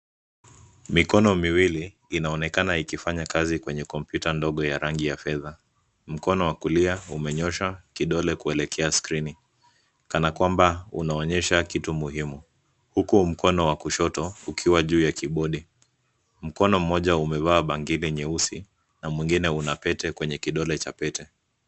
Mikono miwili inaonekana ikifanya kazi kwenye kompyuta ndogo ya rangi ya fedha. Mkono wa kulia umenyosha kidole kuelekea skrini kana kwamba unaonyesha kitu muhimu huku mkono wa kushoto ukiwa juu ya kibodi. Mkono mmoja umevaa bangili nyeusi na mwingine una pete kwenye kidole cha...